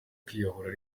kwiyahura